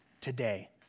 today